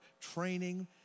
training